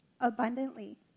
abundantly